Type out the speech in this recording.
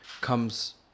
comes